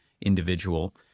individual